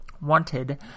wanted